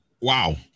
Wow